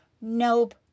Nope